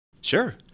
Sure